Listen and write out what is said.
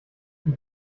die